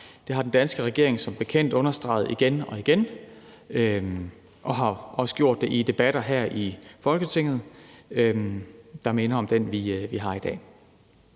Det har den danske regering som bekendt understreget igen og igen og har også gjort det i debatter her i Folketinget, der minder om den, vi har i dag.